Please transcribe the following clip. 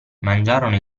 mangiarono